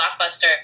blockbuster